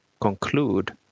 conclude